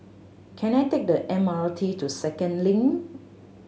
can I take the M R T to Second Link